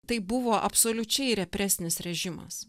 tai buvo absoliučiai represinis režimas